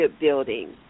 building